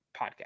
podcast